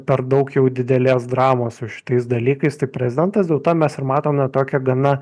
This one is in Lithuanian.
per daug jau didelės dramos su šitais dalykais tik prezidentas dėl to mes ir matome tokią gana